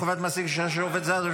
חובת מעסיק לבדיקת אשרה של עובד זר),